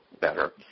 better